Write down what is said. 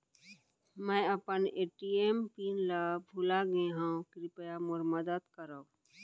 मै अपन ATM pin ला भूलागे हव, कृपया मोर मदद करव